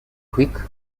quick